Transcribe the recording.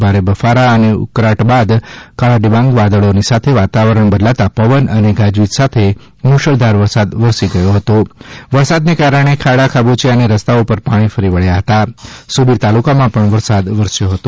ભારે બફારા અને ઉકળાદ બાદ કાળાડેબંજા વાદળોની સાથે વાતાવરણ બદલાતા પવન અને ગાજવીજ સાથે મુશળધાર વરસાદ વરસી ગયો હતો વરસાદને કારણે ખાદ્મોચિયા અને રસ્તાઓ પર પાણી ફરી વબ્યા હતા સુબિર તાલુકામાં પણ વરસાદ વરસ્યો હતો